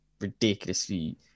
ridiculously